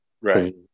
Right